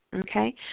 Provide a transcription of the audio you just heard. okay